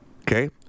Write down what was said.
Okay